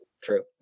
True